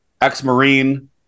ex-Marine